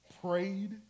prayed